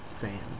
fans